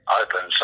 open